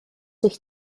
ich